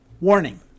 Warning